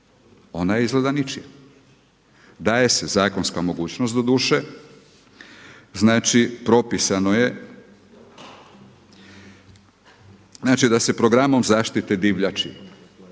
ona je izgleda ničija. Daje se zakonska mogućnost doduše, znači propisano je, znači da se programom zaštite divljači,